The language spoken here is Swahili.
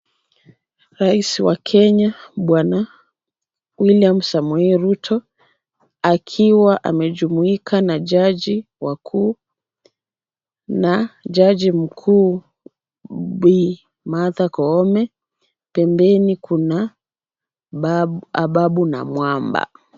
Rais wa Kenya Bwana William Samoei Ruto akiwa amejumuika na jaji wakuu na jaji mkuu Bi. Martha Koome pembeni kuna Ababu na Mwamba.